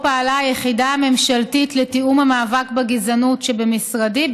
פעלה היחידה הממשלתית לתיאום המאבק בגזענות שבמשרדי,